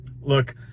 Look